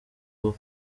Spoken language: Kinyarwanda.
wabo